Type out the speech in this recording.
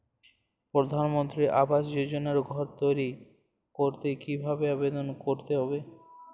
প্রধানমন্ত্রী আবাস যোজনায় ঘর তৈরি করতে কিভাবে আবেদন করতে হবে?